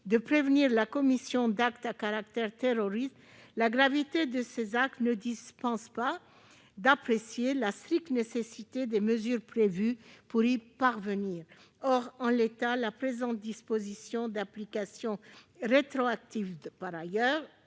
de prévenir la commission d'actes à caractère terroriste, la gravité de ces actes ne dispense pas d'apprécier la stricte nécessité des mesures prévues. Or, en l'état, la présente disposition, par ailleurs d'application rétroactive, je le